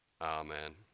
Amen